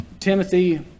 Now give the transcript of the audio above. Timothy